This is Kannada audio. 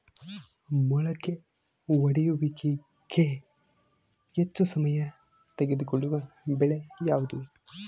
ಮೊಳಕೆ ಒಡೆಯುವಿಕೆಗೆ ಹೆಚ್ಚು ಸಮಯ ತೆಗೆದುಕೊಳ್ಳುವ ಬೆಳೆ ಯಾವುದು?